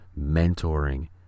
mentoring